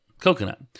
Coconut